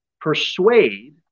persuade